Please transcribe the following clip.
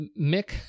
Mick